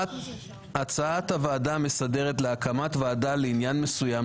הצעת הוועדה המסדרת להקמת ועדה לעניין מסוים,